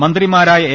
മന്ത്രിമാരായ എ